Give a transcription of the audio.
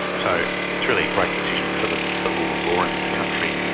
so it's really a great decision for the the rule of law in this country.